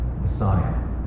Messiah